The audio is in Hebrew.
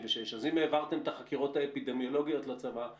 אבל יש לנו גם משרד אוצר וגם